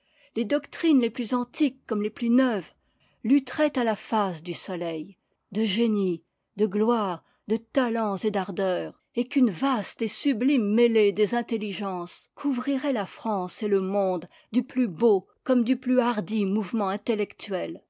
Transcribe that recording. les doctrines les plus antiques comme les plus neuves lutteraient à la face du soleil de génie de gloire de talens et d'ardeur et qu'une vaste et sublime mêlée des intelligences couvrirait la france et le monde du plus beau comme du plus hardi mouvement intellectuel